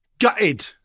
gutted